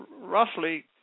roughly